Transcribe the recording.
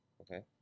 okay